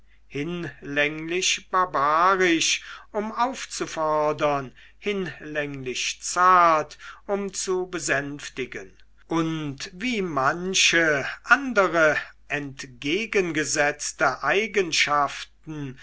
hinlänglich barbarisch um aufzufordern hinlänglich zart um zu besänftigen und wie manche andere entgegengesetzte eigenschaften